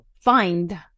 find